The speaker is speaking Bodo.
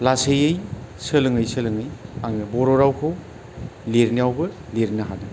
लासैयै सोलोङै सोलोङै आङो बर' रावखौ लिरनायावबो लिरनो हादों